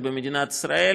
במדינת ישראל